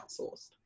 outsourced